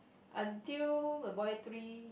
until the boy three